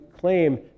claim